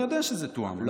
אני יודע שזה תואם.